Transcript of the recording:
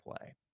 play